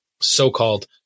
So-called